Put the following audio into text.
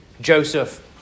Joseph